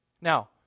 Now